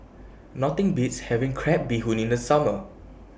Nothing Beats having Crab Bee Hoon in The Summer